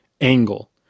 angle